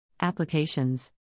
Applications